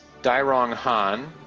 dairong han,